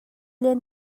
len